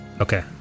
Okay